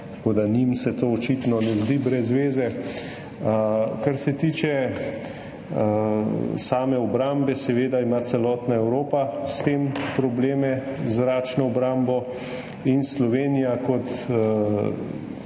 Tako da se njim to očitno ne zdi brezveze. Kar se tiče same obrambe, seveda ima celotna Evropa s tem probleme, z zračno obrambo. In Slovenija kot